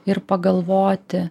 ir pagalvoti